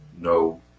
no